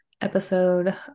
episode